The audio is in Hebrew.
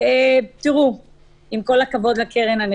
זה שקר.